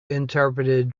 interpreted